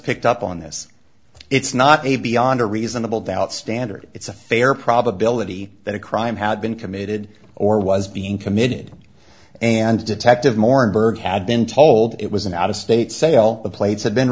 picked up on this it's not a beyond a reasonable doubt standard it's a fair probability that a crime had been committed or was being committed and detective moore and byrd had been told it was an out of state sale the plates had been